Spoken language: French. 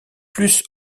plus